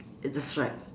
uh that's right